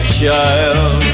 child